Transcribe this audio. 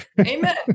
Amen